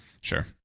Sure